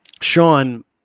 Sean